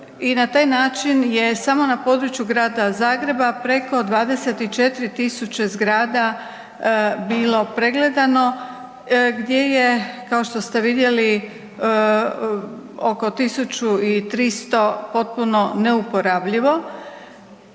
i na taj način je samo na području grada Zagreba preko 24 tisuće zgrada bilo pregledano, gdje je, kao što ste vidjeli, oko 1300 potpuno neuporabljivo.